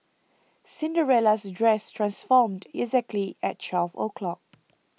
Cinderella's dress transformed exactly at twelve o'clock